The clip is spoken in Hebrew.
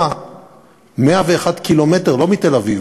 הסתיימה 101 ק"מ לא מתל-אביב,